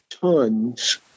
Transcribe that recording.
tons